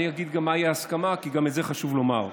אני אגיד מהי ההסכמה, כי גם את זה חשוב לומר.